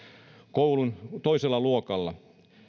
koulun toisella luokalla